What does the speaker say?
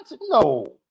no